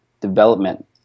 development